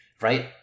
right